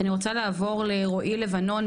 אני רוצה לעבור לרועי לבנון,